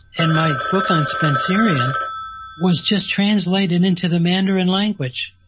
and my book on spencerian was just translated into the mandarin language.